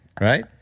Right